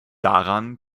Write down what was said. daran